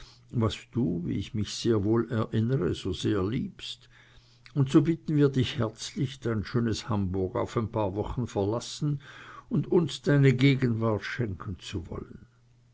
was du wie ich mich sehr wohl erinnere so sehr liebst und so bitten wir dich herzlich dein schönes hamburg auf ein paar wochen verlassen und uns deine gegenwart schenken zu wollen